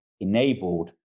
enabled